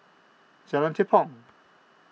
Jalan Tepong